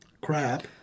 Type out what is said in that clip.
crap